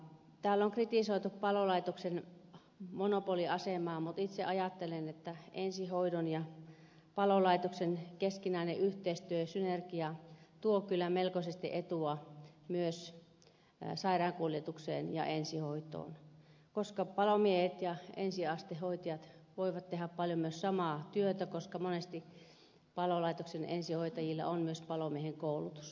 täällä on kritisoitu palolaitoksen monopoliasemaa mutta itse ajattelen että ensihoidon ja palolaitoksen keskinäinen yhteistyö synergia tuo kyllä melkoisesti etua myös sairaankuljetukseen ja ensihoitoon koska palomiehet ja ensiastehoitajat voivat tehdä paljon myös samaa työtä koska monesti palolaitoksen ensihoitajilla on myös palomiehen koulutus